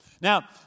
Now